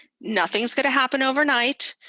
nothing's going to happen overnight.